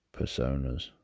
personas